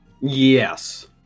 Yes